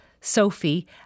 Sophie